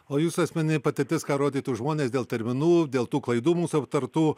o jūsų asmeninė patirtis ką rodytų žmonės dėl terminų dėl tų klaidų mūsų aptartų